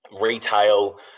retail